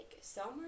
summer